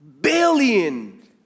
billion